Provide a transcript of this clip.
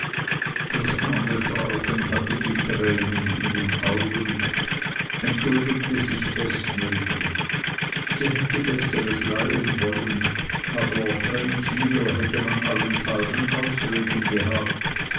das arme frauchen hatte die tränen in den augen entschuldigte sich bestmöglichst sie hätte besseres leihen wollen aber fremd hier hätte man allenthalben ausreden gehabt